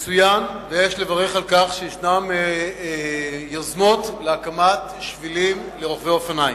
מצוין ויש לברך על כך שיש יוזמות להתקנת שבילים לרוכבי אופניים.